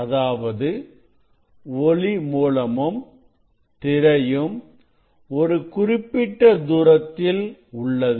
அதாவது ஒளி மூலமும் திரையும் ஒரு குறிப்பிட்ட தூரத்தில் உள்ளது